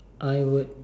I would